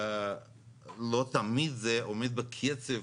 ולא תמיד זה עומד בקצב